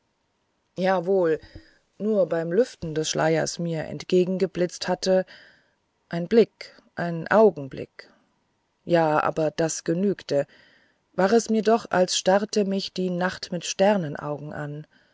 ja wohl nur was beim lüften des schleiers mir entgegengeblitzt hatte ein blick ein augenblick ja aber das genügte war es mir doch als starrte mich die nacht mit sternenaugen an